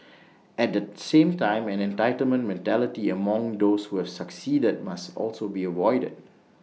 at the same time an entitlement mentality among those who have succeeded must also be avoided